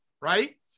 right